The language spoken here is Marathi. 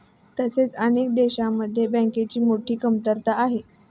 तसेच अनेक देशांमध्ये बँकांची मोठी कमतरता आहे